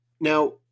Now